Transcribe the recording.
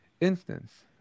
Instance